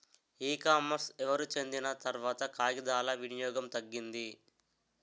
ఈ కామర్స్ ఎవరు చెందిన తర్వాత కాగితాల వినియోగం తగ్గింది